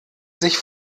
sich